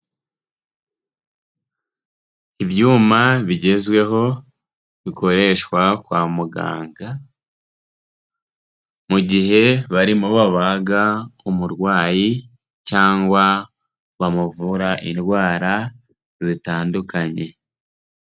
Ibyuma bigezweho bikoreshwa kwa muganga mu gihe barimo babaga umurwayi cyangwa bamuvura indwara zitandukanye.